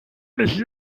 mich